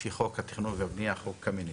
לפי חוק התכנון והבנייה, חוק קמיניץ,